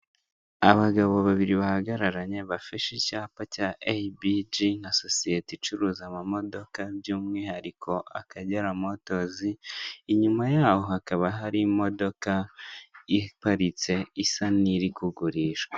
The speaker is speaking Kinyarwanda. Ukoresheje ikorana buhanga byagutabara nyamara igihe utashye wibereye mu rugo ukabona nk’ agapantaro ukabura uko ukagura wenda kujya k’isoko ushobora kukwereka umuntu agahita akubwira kagurira aha n'aha ugahita ukakishyura agahita kakuzanira rwose.